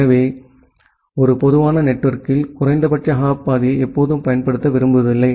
எனவே அதனால்தான் ஒரு பொதுவான நெட்வொர்க்கில் குறைந்தபட்ச ஹாப் பாதையை எப்போதும் பயன்படுத்த விரும்புவதில்லை